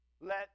let